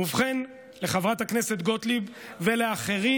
ובכן, לחברת הכנסת גוטליב ולאחרים,